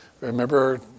remember